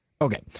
Okay